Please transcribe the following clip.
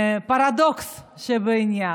פרדוקס בעניין.